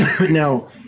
now